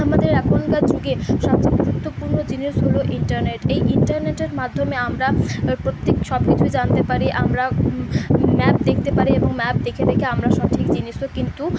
আমাদের এখনকার যুগে সবচেয়ে গুরুত্বপূর্ণ জিনিস হল ইন্টারনেট এই ইন্টারনেটের মাধ্যমে আমরা প্রত্যেক সব কিছুই জানতে পারি আমরা ম্যাপ দেখতে পারি এবং ম্যাপ দেখে দেখে আমরা সব ঠিক জিনিসও কিন্তু